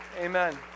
Amen